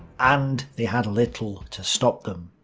and they had little to stop them.